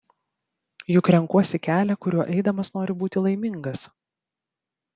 juk renkuosi kelią kuriuo eidamas noriu būti laimingas